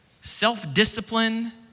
self-discipline